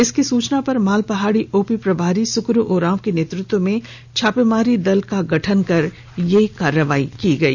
इसी सूचना पर मालपहाडी ओपी प्रभारी सुकरु उरांव के नेतृत्व में छपेमारी दल का गठन कर कार्रवाई की गई